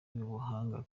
ubuhanga